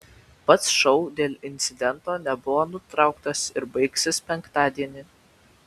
pats šou dėl incidento nebuvo nutrauktas ir baigsis penktadienį